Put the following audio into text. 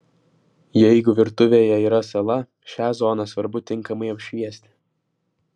jeigu virtuvėje yra sala šią zoną svarbu tinkamai apšviesti